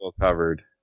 covered